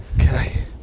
okay